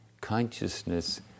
consciousness